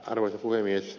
arvoisa puhemies